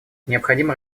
необходимо